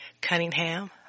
cunningham